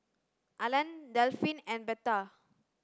Alan Delphine and Betha